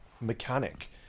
mechanic